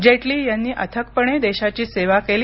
जेटली यांनी अथकपणे देशाची सेवा केली